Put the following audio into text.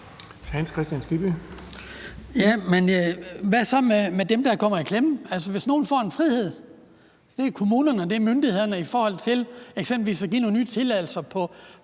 Hans Kristian Skibby (DD): Men hvad så med dem, der kommer i klemme? Hvis nogen får en frihed – det kan være kommunerne eller myndighederne – til eksempelvis at give nogle nye tilladelser,